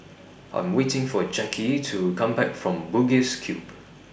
I Am waiting For Jackie to Come Back from Bugis Cube